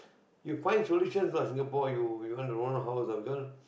you find solutions lah Singapore you you want to own a house ah because